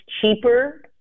cheaper